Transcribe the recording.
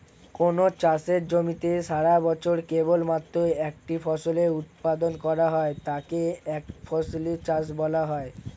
কোনও চাষের জমিতে সারাবছরে কেবলমাত্র একটি ফসলের উৎপাদন করা হলে তাকে একফসলি চাষ বলা হয়